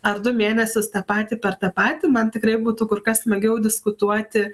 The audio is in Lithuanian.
ar du mėnesius tą patį per tą patį man tikrai būtų kur kas smagiau diskutuoti